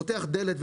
ופותח את הדלת,